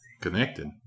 Connected